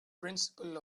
principle